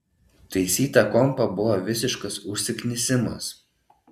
taisyt tą kompą buvo visiškas užsiknisimas